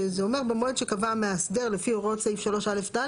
שזה אומר במועד שקבע המאסדר לפי הוראות סעיף 3א(ד),